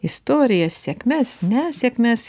istorijas sėkmes nesėkmes